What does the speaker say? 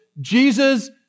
Jesus